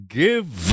give